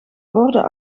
borden